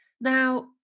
Now